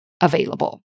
available